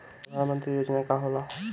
परधान मंतरी योजना का होला?